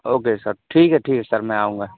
okay sir ٹھیک ہے ٹھیک ہے سر میں آؤں گا